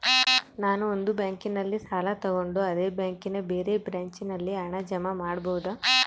ನಾನು ಒಂದು ಬ್ಯಾಂಕಿನಲ್ಲಿ ಸಾಲ ತಗೊಂಡು ಅದೇ ಬ್ಯಾಂಕಿನ ಬೇರೆ ಬ್ರಾಂಚಿನಲ್ಲಿ ಹಣ ಜಮಾ ಮಾಡಬೋದ?